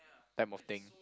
type of thing